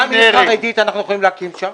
גם --- אנחנו יכולים להקים שם.